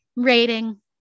Rating